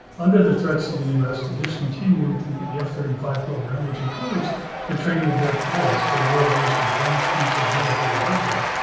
under the threats of the us to discontinue the the f thirty five program, which includes the training of their pilots for the world's most advanced piece of military hardware.